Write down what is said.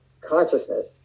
consciousness